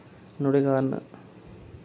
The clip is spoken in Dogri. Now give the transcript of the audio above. नुआढ़े कारण